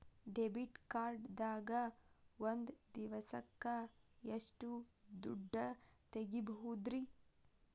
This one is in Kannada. ಡೆಬಿಟ್ ಕಾರ್ಡ್ ದಾಗ ಒಂದ್ ದಿವಸಕ್ಕ ಎಷ್ಟು ದುಡ್ಡ ತೆಗಿಬಹುದ್ರಿ?